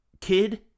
kid